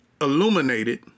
illuminated